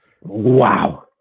wow